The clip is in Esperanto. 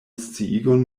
sciigon